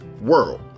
world